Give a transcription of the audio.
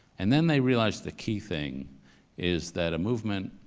and then they realized the key thing is that a movement,